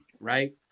right